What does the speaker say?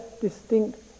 distinct